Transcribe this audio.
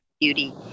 beauty